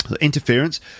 Interference